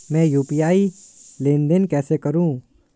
मैं यू.पी.आई लेनदेन कैसे करूँ?